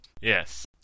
Yes